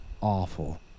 awful